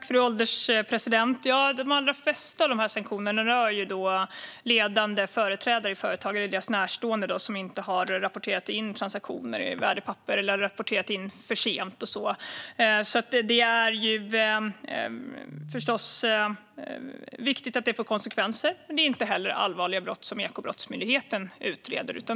Fru ålderspresident! De allra flesta av dessa sanktioner rör ledande företrädare för företag, eller deras närstående, som inte har rapporterat in transaktioner med värdepapper eller som har rapporterat för sent. Det är förstås viktigt att detta får konsekvenser, men det handlar heller inte om allvarliga brott som Ekobrottsmyndigheten utreder.